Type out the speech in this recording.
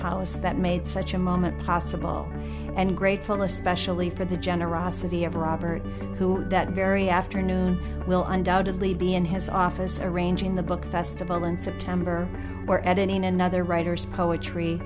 house that made such a moment possible and great fun especially for the generosity of robert who that very afternoon will undoubtedly be in his office arranging the book festival in september or at any another writers poetry